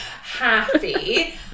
happy